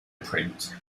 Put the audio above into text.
print